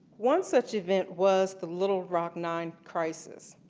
one such event was the little rock nine crisis.